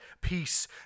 peace